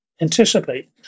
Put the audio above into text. anticipate